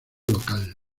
local